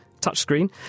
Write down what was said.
touchscreen